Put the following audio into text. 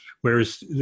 whereas